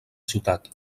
ciutat